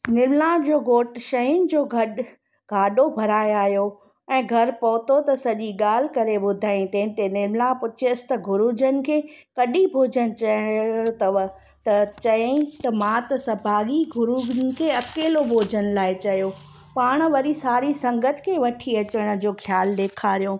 निर्मला जो घोटु शयुनि जो गॾु गाॾो भराए आहियो ऐं घर पहुतो त सॼी ॻाल्हि करे ॿुधाई तंहिं ते निर्मला पुछियसि त गुरुजिनि खे कॾहिं भोॼनु चयो अथव त चयई त मां त सभाॻी गुरुजनि खे अकेलो भोॼन लाइ चयो पाणि वरी सारी संगति खे वठी अचण जो ख़्यालु ॾेखारियो